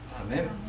Amen